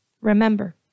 remember